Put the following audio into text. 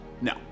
no